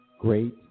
great